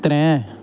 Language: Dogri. त्रै